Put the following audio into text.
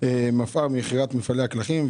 מפא"ר למכירת מפעלי הקלחים,